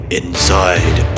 inside